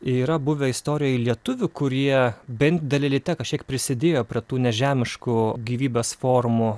yra buvę istorijoje lietuvių kurie bent dalelyte kažkiek prisidėjo prie tų nežemiškų gyvybės formų